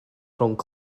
rhwng